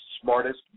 smartest